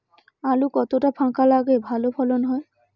আলু কতটা ফাঁকা লাগে ভালো ফলন হয়?